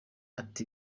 ati